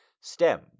stem